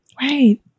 Right